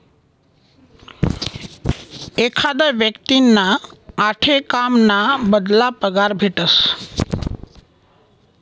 एखादा व्यक्तींना आठे काम ना बदला पगार भेटस